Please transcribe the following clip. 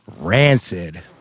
rancid